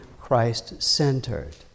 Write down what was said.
Christ-centered